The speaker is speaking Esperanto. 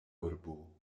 urbo